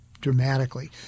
dramatically